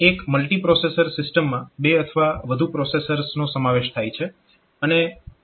એક મલ્ટીપ્રોસેસર સિસ્ટમમાં બે અથવા વધુ પ્રોસેસર્સનો સમાવેશ થાય છે